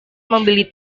membeli